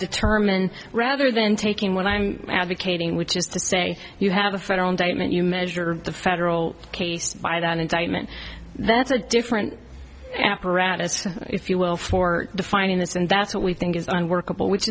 determine rather than taking what i'm advocating which is to say you have a federal indictment you measure the federal case by an indictment that's a different apparatus if you will for defining this and that's what we think is unworkable which